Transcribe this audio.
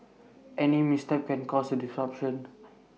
any misstep can cause A disruption